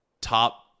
top